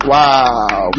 Wow